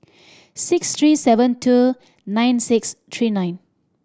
six three seven two nine six three nine